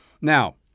Now